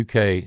UK